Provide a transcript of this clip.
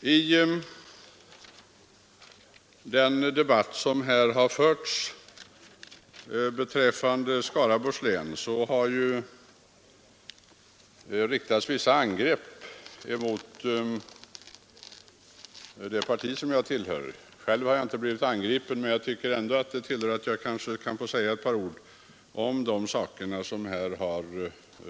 Sedan har det i den debatt som här förts om Skaraborgs län riktats en del angrepp mot det parti som jag tillhör. Själv har jag inte blivit angripen, men jag tycker att jag ändå kan få säga några ord om det som man i det sammanhanget har